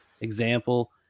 example